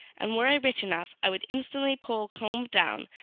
and were i rich enough i would instantly pull combe down,